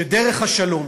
שדרך השלום,